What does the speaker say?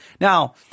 Now